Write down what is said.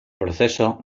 proceso